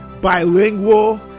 bilingual